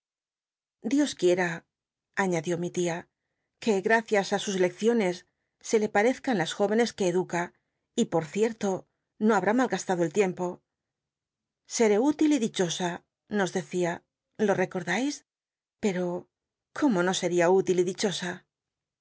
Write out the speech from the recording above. dios quicta añadió mi tia que gmcias á sus lecciones se le parezcan las jóvenes que ed ca y por cierto no habrü malgastado el liempo seré útil y dichosa nos decía lo l'ecordais pero có mo no seria útil y dichosa